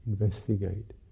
investigate